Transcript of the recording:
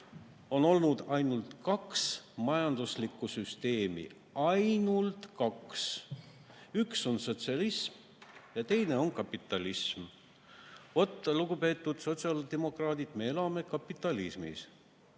on, olnud ainult kaks majanduslikku süsteemi, ainult kaks. Üks on sotsialism ja teine on kapitalism. Vot, lugupeetud sotsiaaldemokraadid, me elame kapitalismis.